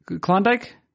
Klondike